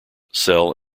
cell